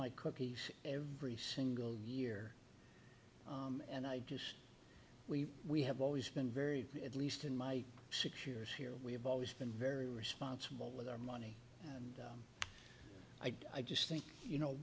my cookies every single year and i just we we have always been very at least in my six years here we have always been very responsible with our money i just think you know